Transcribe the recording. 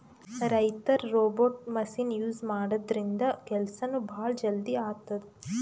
ರೈತರ್ robot machine use ಮಾಡದ್ರಿನ್ದ ಕೆಲ್ಸನೂ ಭಾಳ್ ಜಲ್ದಿ ಆತದ್